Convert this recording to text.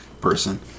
person